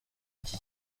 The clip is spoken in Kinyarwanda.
iki